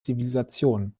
zivilisation